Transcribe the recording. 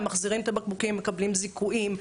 הם מחזירים את הבקבוקים, מקבלים זיכויים.